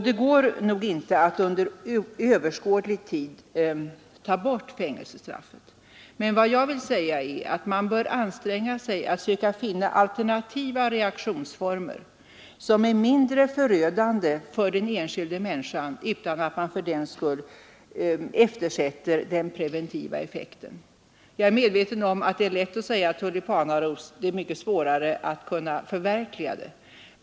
Det går inte att under överskådlig tid ta bort fängelsestraffet. Men man bör anstränga sig att försöka finna alternativa reaktionsformer, som är mindre förödande för den enskilda människan, utan att man fördenskull eftersätter den preventiva effekten. Jag är medveten om att det är lätt att säga tulipanaros — det är mycket svårare att förverkliga det.